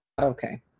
okay